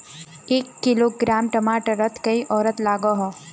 एक किलोग्राम टमाटर त कई औसत लागोहो?